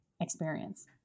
experience